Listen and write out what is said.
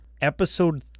Episode